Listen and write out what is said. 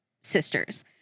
sisters